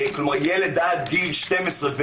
ילד עד גיל 12,